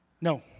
no